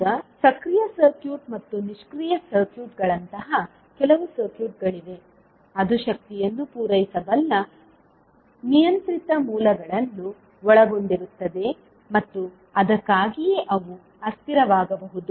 ಈಗ ಸಕ್ರಿಯ ಸರ್ಕ್ಯೂಟ್ ಮತ್ತು ನಿಷ್ಕ್ರಿಯ ಸರ್ಕ್ಯೂಟ್ಗಳಂತಹ ಕೆಲವು ಸರ್ಕ್ಯೂಟ್ಗಳಿವೆ ಅದು ಶಕ್ತಿಯನ್ನು ಪೂರೈಸಬಲ್ಲ ನಿಯಂತ್ರಿತ ಮೂಲಗಳನ್ನು ಒಳಗೊಂಡಿರುತ್ತದೆ ಮತ್ತು ಅದಕ್ಕಾಗಿಯೇ ಅವು ಅಸ್ಥಿರವಾಗಬಹುದು